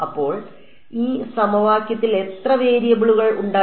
അപ്പോൾ ഈ സമവാക്യത്തിൽ എത്ര വേരിയബിളുകൾ ഉണ്ടായിരുന്നു